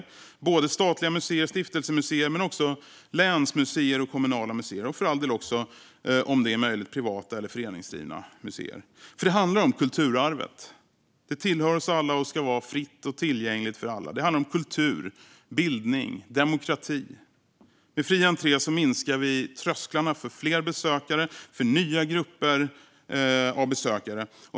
Det gäller både statliga museer och stiftelsemuseer men också länsmuseer och kommunala museer, och för all del också privata eller föreningsdrivna museer, om det är möjligt. Det handlar om kulturarvet. Det tillhör oss alla och ska vara fritt och tillgängligt för alla. Det handlar om kultur, bildning och demokrati. Med fri entré minskar vi trösklarna för fler besökare och för nya grupper av besökare.